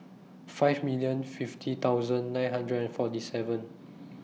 five million fifty thousand nine hundred and forty seven